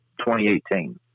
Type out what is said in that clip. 2018